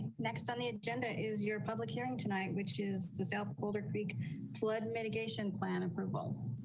next on the agenda is your public hearing tonight which is the south boulder creek flood mitigation plan approval.